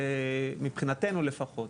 מבחינתנו לפחות,